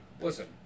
listen